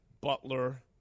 Butler